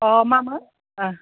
अ मामोन